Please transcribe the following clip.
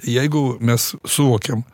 jeigu mes suvokiam